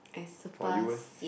for you leh